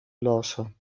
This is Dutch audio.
lossen